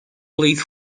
played